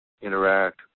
interact